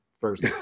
first